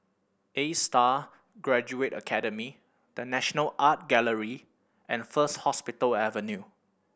Astar Graduate Academy The National Art Gallery and First Hospital Avenue